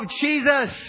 Jesus